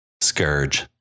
Scourge